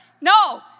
No